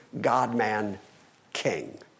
God-man-king